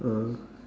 ah